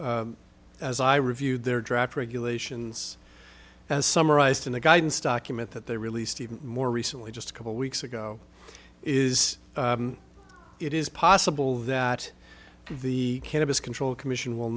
as i reviewed their draft regulations as summarized in the guidance document that they released even more recently just a couple weeks ago is it is possible that the cannabis control commission will